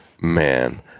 man